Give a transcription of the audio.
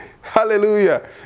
Hallelujah